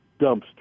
dumpster